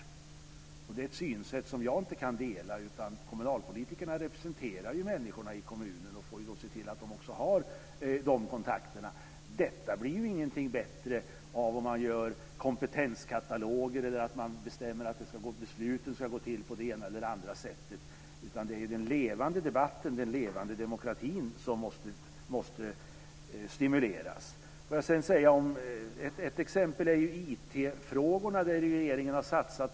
Det är ett synsätt som jag inte kan dela, utan kommunalpolitikerna representerar ju människorna i kommunen och får därför se till att de också har kontakt. Detta blir ju inte bättre av att man gör kompetenskataloger eller att man bestämmer att besluten ska gå till på det ena eller det andra sättet. Det är i stället den levande debatten och den levande demokratin som måste stimuleras. Ett exempel är IT-frågorna, där regeringen har satsat.